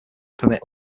permit